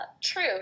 true